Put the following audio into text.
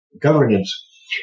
governance